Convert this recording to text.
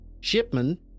Shipman